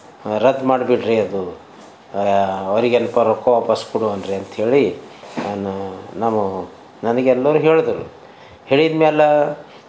ರದ್ದು ಮಾಡಿ ಬಿಡ್ರಿ ಅದು ಅವರಿಗೇನಪ್ಪ ರೊಕ್ಕ ವಾಪಾಸ್ಸು ಕೊಡುವನ್ರೀ ಅಂಥೇಳಿ ನಾನು ನಾನು ನನಗೆಲ್ಲರೂ ಹೇಳಿದರು ಹೇಳಿದ ಮೇಲೆ